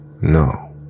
No